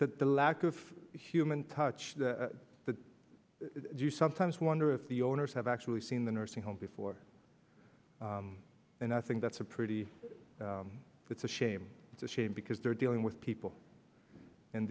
the lack of human touch that i do sometimes wonder if the owners have actually seen the nursing home before and i think that's a pretty it's a shame it's a shame because they're dealing with people and